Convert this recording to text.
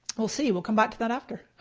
we'll see, we'll come back to that after.